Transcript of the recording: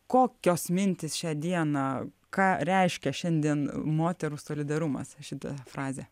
kokios mintys šią dieną ką reiškia šiandien moterų solidarumas šita frazė